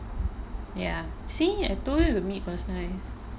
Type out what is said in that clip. ya see I told you the meat was